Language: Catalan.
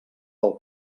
del